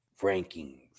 rankings